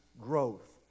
growth